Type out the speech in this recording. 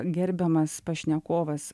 gerbiamas pašnekovas